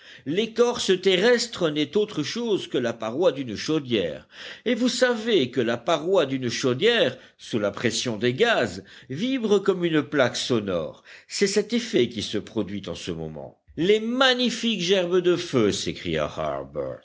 l'écorce terrestre n'est autre chose que la paroi d'une chaudière et vous savez que la paroi d'une chaudière sous la pression des gaz vibre comme une plaque sonore c'est cet effet qui se produit en ce moment les magnifiques gerbes de feu s'écria